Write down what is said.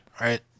right